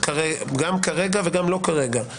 גם כרגע וגם לא כרגע,